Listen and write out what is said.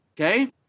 okay